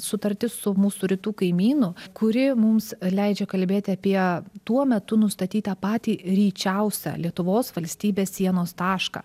sutartis su mūsų rytų kaimynu kuri mums leidžia kalbėti apie tuo metu nustatytą patį ryčiausią lietuvos valstybės sienos tašką